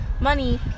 money